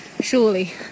Surely